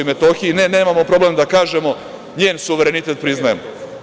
Ne, nemamo problem da kažemo njen suverenitet priznajemo.